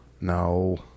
No